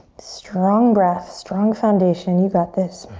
strong breaths, strong foundation, you've got this.